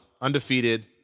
undefeated